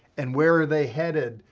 and where are they headed?